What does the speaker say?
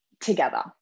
together